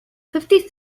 fifty